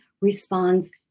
responds